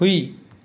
ꯍꯨꯏ